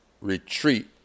retreat